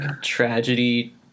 tragedy